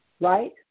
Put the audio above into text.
right